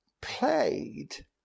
played